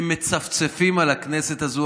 שמצפצפים על הכנסת הזו.